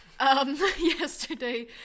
yesterday